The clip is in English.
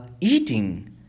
eating